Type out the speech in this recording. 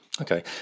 Okay